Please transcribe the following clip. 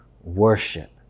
worship